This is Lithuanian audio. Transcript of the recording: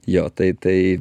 jo tai tai